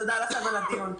תודה לכם על הדיון.